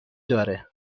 داره